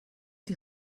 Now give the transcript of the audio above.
die